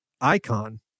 icon